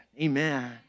Amen